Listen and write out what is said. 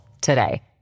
today